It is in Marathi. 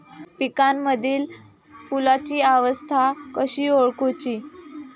पिकांमदिल फुलांची अवस्था कशी ओळखुची?